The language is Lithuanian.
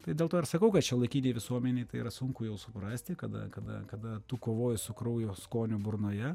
tai dėl to ir sakau kad šiuolaikinėj visuomenėj tai yra sunku jau suprasti kada kada kada tu kovoji su kraujo skoniu burnoje